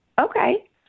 Okay